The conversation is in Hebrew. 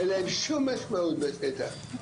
אין להם שום משמעות בשטח.